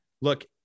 look